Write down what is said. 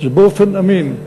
זה באופן אמין,